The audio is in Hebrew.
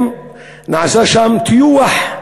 נעשה בהם שם טיוח,